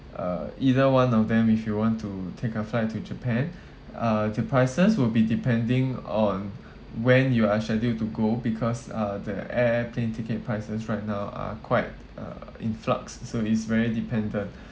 uh either one of them if you want to take a flight to japan uh the prices will be depending on when you are scheduled to go because uh the air plane ticket prices right now are quite uh in flux so is very dependent